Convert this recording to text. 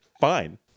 Fine